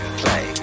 play